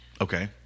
Okay